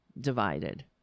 divided